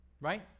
Right